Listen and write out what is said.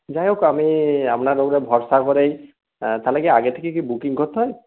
যাই হোক আমি আপনার উপরে ভরসা করেই তাহলে কি আগের থেকে কি বুকিং করতে হবে